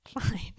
fine